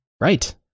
Right